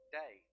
day